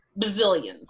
bazillions